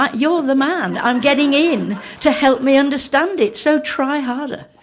but you are the man i am getting in to help me understand it so try harder.